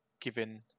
given